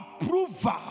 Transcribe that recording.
approval